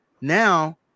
now